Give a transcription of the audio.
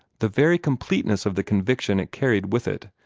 the very completeness of the conviction it carried with it,